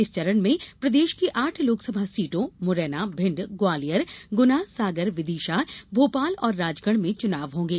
इस चरण में प्रदेश की आठ लोकसभा सीटों मुरैना भिण्ड ग्वालियर गुना सागर विदिशा भोपाल और राजगढ़ में चुनाव होंगे